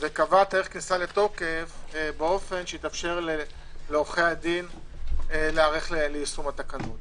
וקבעה דרך כניסה לתוקף באופן שיתאפשר לעורכי הדין להיערך ליישום התקנות.